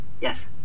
yes